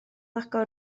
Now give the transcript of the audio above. agor